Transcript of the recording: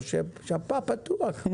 כן.